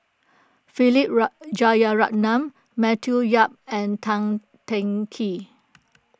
Philip Jeyaretnam Matthew Yap and Tan Teng Kee